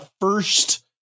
first